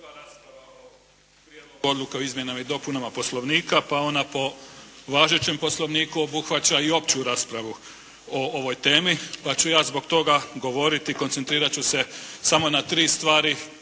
je prva rasprava o Prijedlogu odluke o izmjenama i dopunama Poslovnika pa ona po važećem Poslovniku obuhvaća i opću raspravu o ovoj temi, pa ću ja zbog toga govoriti, koncentrirat ću se samo na tri stvari